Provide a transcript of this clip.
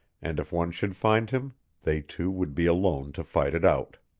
and if one should find him they two would be alone to fight it out.